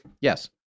Yes